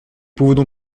pouvons